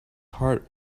heart